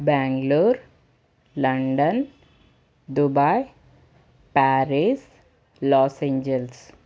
Bangalore London Dubai Paris Los Angeles